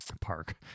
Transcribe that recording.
park